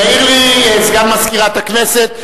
מעיר לי סגן מזכירת הכנסת,